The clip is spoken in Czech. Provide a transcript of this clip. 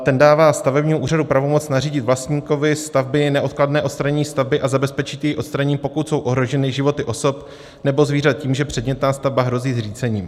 Ten dává stavebnímu úřadu pravomoc nařídit vlastníkovi stavby neodkladné odstranění stavby a zabezpečit její odstranění, pokud jsou ohroženy životy osob nebo zvířat tím, že předmětná stavba hrozí zřícením.